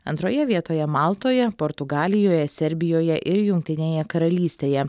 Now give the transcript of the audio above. antroje vietoje maltoje portugalijoje serbijoje ir jungtinėje karalystėje